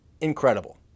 Incredible